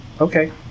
okay